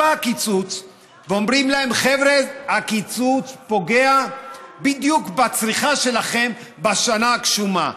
ואומרים להם: הקיצוץ פוגע בדיוק בצריכה שלכם בשנה הגשומה.